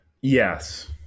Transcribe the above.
Yes